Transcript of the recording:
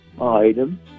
item